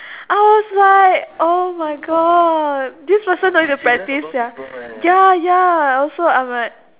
I was like oh my god this person no need to practice sia ya ya also I'm like